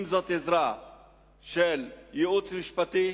אם זאת עזרה של ייעוץ משפטי,